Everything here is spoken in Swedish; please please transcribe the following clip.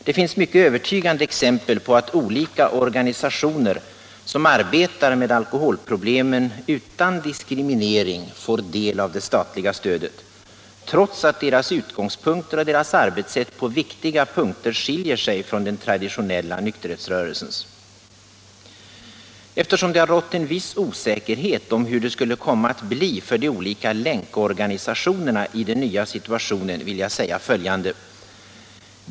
Det finns ju mycket övertygande exempel på att olika organisationer som arbetar med alkoholproblemen utan diskriminering får del av det statliga stödet — trots att deras utgångspunkter och deras arbetssätt på viktiga punkter skiljer sig från den traditionella nykterhetsrörelsens. Eftersom det rått en viss osäkerhet om hur det skulle komma att bli för de olika länkorganisationerna i den nya situationen vill jag säga följande.